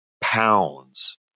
pounds